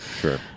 Sure